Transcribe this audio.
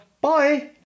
Bye